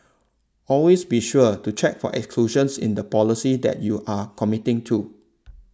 always be sure to check for exclusions in the policy that you are committing to